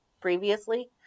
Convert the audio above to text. previously